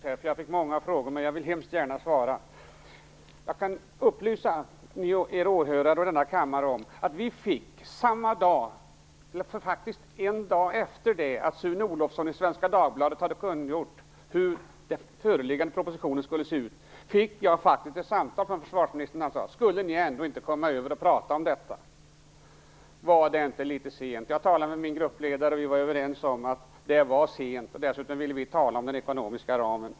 Herr talman! Nu måste det gå fort, därför att jag fick många frågor som jag gärna vill svara på. Jag kan upplysa åhörarna och kammaren om att jag en dag efter det att Sune Olofson i Svenska Dagbladet hade kungjort hur den föreliggande propositionen skulle se ut fick ett telefonsamtal från försvarsministern, som sade: Skulle ni ändå inte komma över och prata om detta? Var det inte litet sent? Jag talade med min gruppledare, och vi var överens om att det var sent. Dessutom ville vi tala om den ekonomiska ramen.